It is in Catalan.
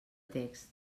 text